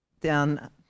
down